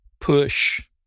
push